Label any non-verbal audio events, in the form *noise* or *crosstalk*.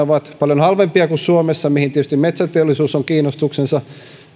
*unintelligible* ovat paljon halvempia kuin suomessa mihin tietysti metsäteollisuus on kiinnostuksensa